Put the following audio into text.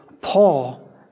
Paul